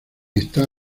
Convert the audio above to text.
está